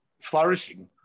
flourishing